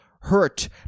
hurt